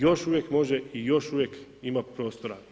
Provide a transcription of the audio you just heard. Još uvijek može i još uvijek ima prostora.